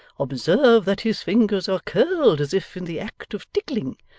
observe that his fingers are curled as if in the act of tickling,